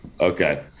Okay